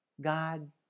God